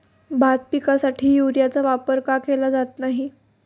भात पिकासाठी युरियाचा वापर का केला जात नाही?